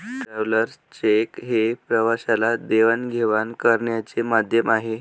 travellers cheque हे प्रवाशाला देवाणघेवाण करण्याचे माध्यम आहे